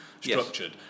structured